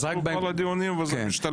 עשו את כל הדיונים וזה משתלם.